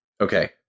Okay